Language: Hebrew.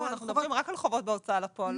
לא, אנחנו מדברים רק על חובות בהוצאה לפועל.